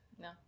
No